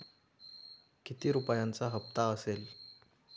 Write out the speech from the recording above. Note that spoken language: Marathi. किती रुपयांचा हप्ता असेल?